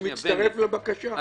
אני מצטרף לבקשה.